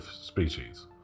species